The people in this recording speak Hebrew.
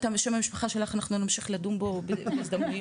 שם המשפחה שלך אנחנו נמשיך לדון בו בהזדמנות,